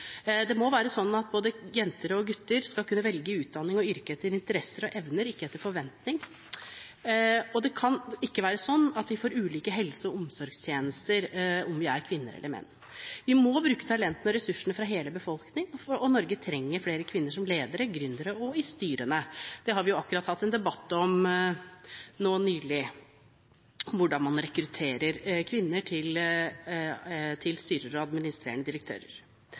Det må være sånn at både jenter og gutter skal kunne velge utdanning og yrke etter interesser og evner, ikke etter forventninger, og det kan ikke være sånn at vi får ulike helse- og omsorgstjenester ut ifra om vi er kvinner eller menn. Vi må bruke talentene og ressursene fra hele befolkningen, og Norge trenger flere kvinner som ledere, gründere og i styrene. Det har vi jo hatt en debatt om nå nylig, om hvordan man rekrutterer kvinner til styrer og administrerende direktører.